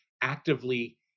actively